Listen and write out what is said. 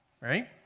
right